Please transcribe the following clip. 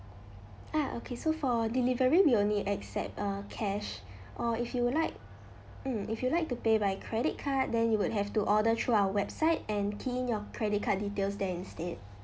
ah okay so for delivery we only accept uh cash or if you would like mm if you like to pay by credit card then you would have to order through our website and key in your credit card details there instead